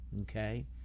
okay